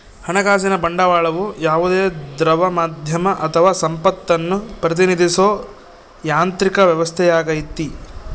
ಹಣಕಾಸಿನ ಬಂಡವಾಳವು ಯಾವುದೇ ದ್ರವ ಮಾಧ್ಯಮ ಅಥವಾ ಸಂಪತ್ತನ್ನು ಪ್ರತಿನಿಧಿಸೋ ಯಾಂತ್ರಿಕ ವ್ಯವಸ್ಥೆಯಾಗೈತಿ